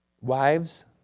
Wives